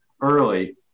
early